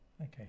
Okay